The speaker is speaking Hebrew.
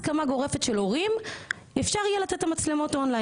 הסייעות שנמצאות איתה הן של הרשות המקומית.